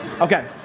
Okay